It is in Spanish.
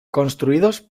construidos